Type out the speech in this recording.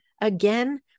Again